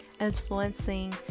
influencing